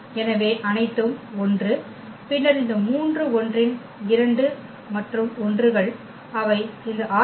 எனவே அனைத்தும் 1 பின்னர் இந்த மூன்று 1 இன் இரண்டு 1 கள் மற்றும் 1 கள் அவை இந்த ℝ3